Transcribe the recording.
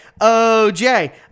OJ